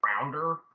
rounder